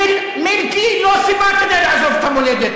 מילקי הוא לא סיבה כדי לעזוב את המולדת,